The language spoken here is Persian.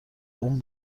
اون